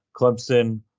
Clemson